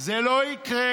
זה לא יקרה.